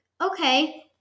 Okay